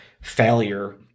failure